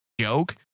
joke